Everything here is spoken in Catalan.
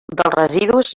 residus